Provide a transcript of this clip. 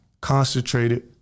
concentrated